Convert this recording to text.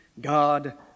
God